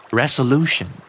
resolution